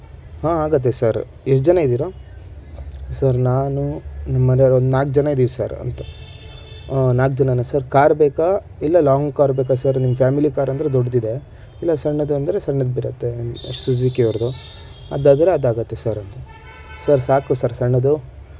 ಹಾ ಆಗತ್ತೆ ಸರ್ ಎಷ್ಟು ಜನ ಇದ್ದೀರ ಸರ್ ನಾನು ಮನೆಯವರು ಒಂದು ನಾಲ್ಕು ಜನ ಇದ್ದೀವಿ ಸರ್ ಅಂತು ನಾಲ್ಕು ಜನಾನ ಸರ್ ಕಾರ್ ಬೇಕ ಇಲ್ಲ ಲಾಂಗ್ ಕಾರ್ ಬೇಕ ಸರ್ ನಿಮ್ಮ ಫ್ಯಾಮಿಲಿ ಕಾರ್ ಅಂದರೆ ದೊಡ್ಡದಿದೆ ಇಲ್ಲ ಸಣ್ಣದು ಅಂದರೆ ಸಣ್ಣದು ಬರತ್ತೆ ಸುಝುಕಿಯವರದ್ದು ಅದು ಆದರೆ ಅದು ಆಗುತ್ತೆ ಸರ್ ಅಂದೆ ಸರ್ ಸಾಕು ಸರ್ ಸಣ್ಣದು